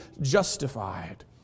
justified